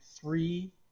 three